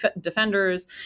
defenders